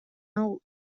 hau